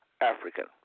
African